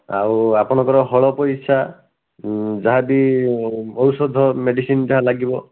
ଆଉ ଆପଣଙ୍କର ହଳ ପଇସା ଯାହାବି ଔଷଧ ମେଡ଼ିସିନ୍ଟା ଲାଗିବ